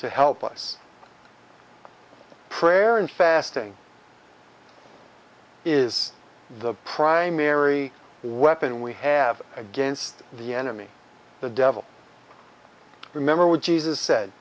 to help us prayer and fasting is the primary weapon we have against the enemy the devil remember when jesus said